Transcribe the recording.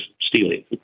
stealing